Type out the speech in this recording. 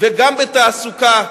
וגם בתעסוקה.